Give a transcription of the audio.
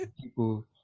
people